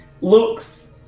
looks